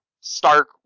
stark